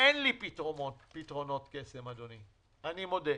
אין לי פתרונות קסם, אדוני, אני מודה,